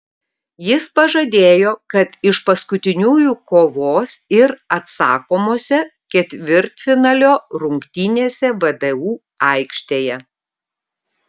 jis pažadėjo kad iš paskutiniųjų kovos ir atsakomose ketvirtfinalio rungtynėse vdu aikštėje